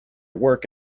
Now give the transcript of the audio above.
work